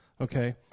okay